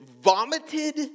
vomited